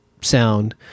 sound